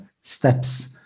steps